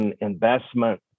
investment